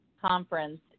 conference